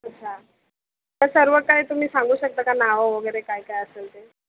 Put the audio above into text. अच्छा तर सर्व काही तुम्ही सांगू शकता का नावं वगैरे काय काय असंल ते